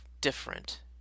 different